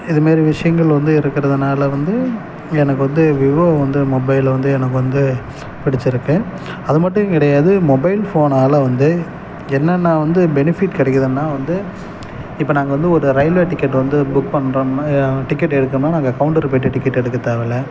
இதுமாரி விஷயங்கள் வந்து இருக்கிறதுனால வந்து எனக்கு வந்து விவோ வந்து மொபைல் வந்து எனக்கு வந்து பிடித்திருக்கு அது மட்டும் கிடையாது மொபைல் ஃபோனால் வந்து என்னென்ன வந்து பெனிஃபிட் கிடைக்குதுன்னா வந்து இப்போ நாங்கள் வந்து ஒரு ரெயில்வே டிக்கெட் வந்து புக் பண்றோன்னால் டிக்கெட் எடுக்கணும் நாங்கள் கவுண்டர் போயிட்டு டிக்கெட் எடுக்க தேவைல்ல